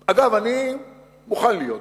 אגב, אני מוכן להיות דנמרק,